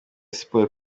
siporo